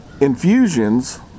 infusions